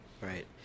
right